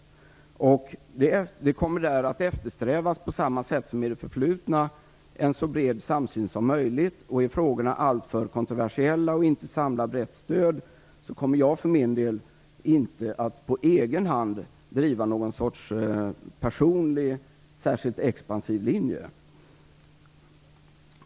En så bred samsyn som möjligt kommer att eftersträvas på samma sätt som i det förflutna, och om frågorna är alltför kontroversiella och inte samlar brett stöd kommer jag inte att på egen hand driva någon sorts personlig särskilt expansiv linje.